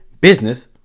business